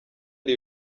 ari